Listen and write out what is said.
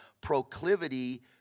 proclivity